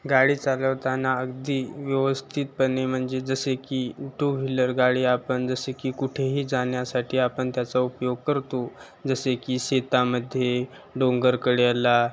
गाडी चालवताना अगदी व्यवस्थितपणे म्हणजे जसे की टू व्हील्लर गाडी आपण जसे की कुठेही जाण्यासाठी आपण त्याचा उपयोग करतो जसे की शेतामध्ये डोंगरकड्याला